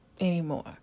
anymore